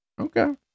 Okay